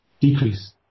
decrease